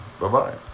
Bye-bye